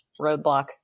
roadblock